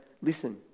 listen